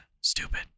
Stupid